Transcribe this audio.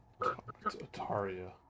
Ataria